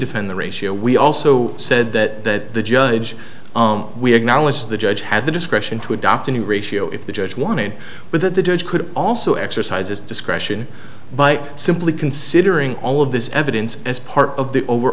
defend the ratio we also said that the judge we acknowledge the judge had the discretion to adopt a new ratio if the judge wanted but that the judge could also exercise its discretion by simply considering all of this evidence as part of the over